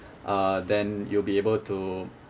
uh then you'll be able to